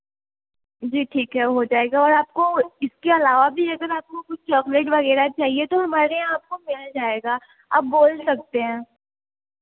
जी ठीक है हो जाएगा और आपको इसके अलावा भी अगर आपको कुछ चॉकलेट वगैरह चाहिए तो हमारे यहाँ आपको मिल जाएगा आप बोल सकते हैं